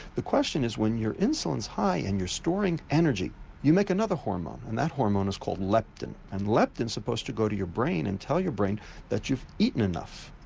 the question is when your insulin is high and you're storing energy you make another hormone, and that hormone is called leptin, and leptin is supposed to go to your brain and tell your brain that you've eaten enough.